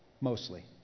mostly